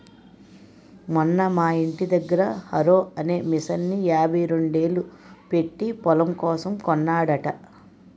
మొన్న మా యింటి దగ్గర హారో అనే మిసన్ని యాభైరెండేలు పెట్టీ పొలం కోసం కొన్నాడట